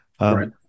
right